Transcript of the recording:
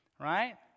right